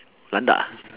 panda ah